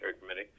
Committee